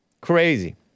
Crazy